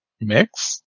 mix